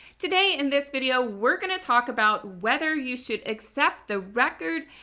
today, in this video, we're going to talk about whether you should accept the record,